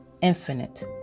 infinite